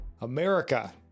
America